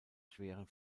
schweren